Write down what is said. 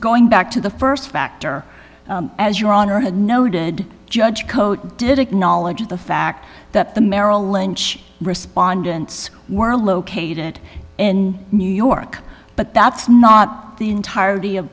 going back to the st factor as your honor had noted judge cote did acknowledge the fact that the merrill lynch respondents were located in new york but that's not the entirety of